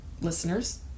listeners